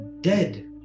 dead